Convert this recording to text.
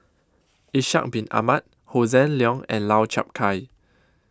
Ishak Bin Ahmad Hossan Leong and Lau Chiap Khai